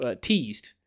Teased